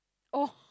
oh